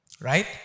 right